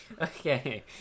okay